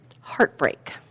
heartbreak